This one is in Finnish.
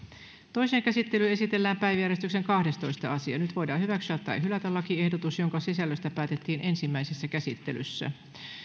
toiseen käsittelyyn esitellään päiväjärjestyksen kahdestoista asia nyt voidaan hyväksyä tai hylätä lakiehdotus jonka sisällöstä päätettiin ensimmäisessä käsittelyssä